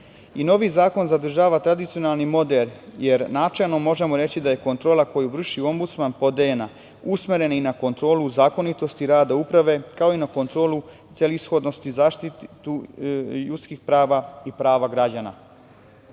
zakon zadržava tradicionalni model, jer načelno možemo reći da je kontrola koju vrši Ombudsman podeljena, usmerena i na kontrolu zakonitosti rada uprave, kao i na kontrolu celishodnosti i zaštitu ljudskih prava i prava građana.Za